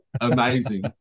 amazing